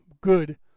good